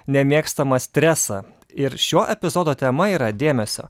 nemėgstamą stresą ir šio epizodo tema yra dėmesio